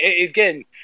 Again